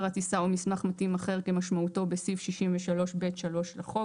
הטיסה או מסמך מתאים אחר כמשמעותו בסעיף 63(ב)(3) לחוק.